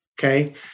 Okay